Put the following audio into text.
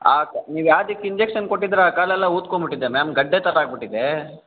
ಆತ ನೀವು ಯಾವ್ದಕ್ಕೆ ಇಂಜೆಕ್ಷನ್ ಕೊಟ್ಟಿದ್ದೀರೋ ಆ ಕಾಲೆಲ್ಲ ಊದಿಕೊಂಬಿಟ್ಟಿದೆ ಮ್ಯಾಮ್ ಗಡ್ಡೆ ಥರ ಆಗಿಬಿಟ್ಟಿದೆ